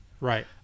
Right